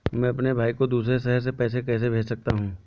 मैं अपने भाई को दूसरे शहर से पैसे कैसे भेज सकता हूँ?